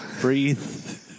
Breathe